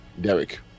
Derek